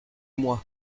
moi